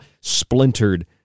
splintered